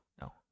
No